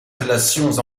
relations